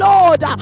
Lord